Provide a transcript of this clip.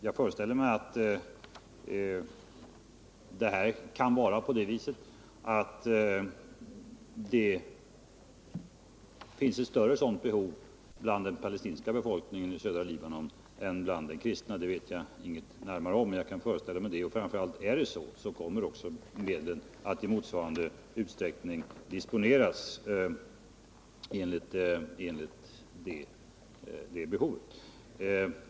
Jag föreställer mig att det kan finnas ett större behov inom den palestinska befolkningen i södra Libanon än inom den kristna befolkningen. Det vet jag ingenting om, men jag kan föreställa mig att det förhåller sig på det sättet. Är det så kommer också medlen att disponeras i överensstämmelse med detta behov.